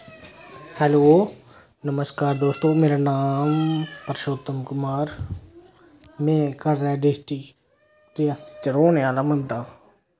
hello नमस्कार दोस्तो मेरा नाम परशोतम कुमार में कटरै डिस्ट्रिक रियासी च रोह्ने आह्ला बंदा